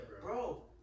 Bro